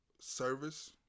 service